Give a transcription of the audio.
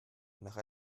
nach